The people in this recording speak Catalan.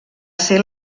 ser